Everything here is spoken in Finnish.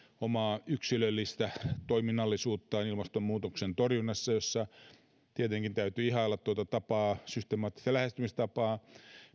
omaa yksilöllistä toiminnallisuuttaan ilmastonmuutoksen torjunnassa ja tietenkin täytyy ihailla tuota systemaattista lähestymistapaa